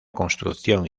construcción